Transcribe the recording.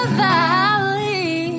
valley